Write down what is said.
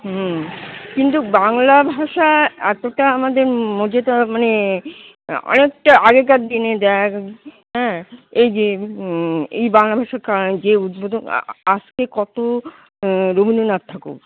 হুম কিন্তু বাংলা ভাষা এতোটা আমাদের মধ্যে তো মানে অনেকটা আগেকার দিনে দেখ হ্যাঁ এই যে এই বাংলা ভাষাকায় যে উদ্বোধক আসকে কতো রবীন্দ্রনাথ ঠাকুর